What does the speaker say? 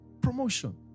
Promotion